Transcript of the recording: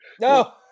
No